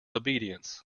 obedience